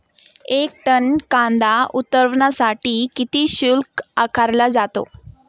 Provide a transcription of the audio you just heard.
एक टन कांदा उतरवण्यासाठी किती शुल्क आकारला जातो?